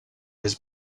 his